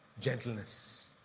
gentleness